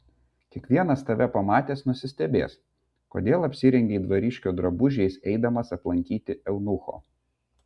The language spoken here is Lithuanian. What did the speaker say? kiekvienas tave pamatęs nusistebės kodėl apsirengei dvariškio drabužiais eidamas aplankyti eunucho